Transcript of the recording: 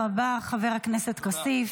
תודה רבה, חבר הכנסת כסיף.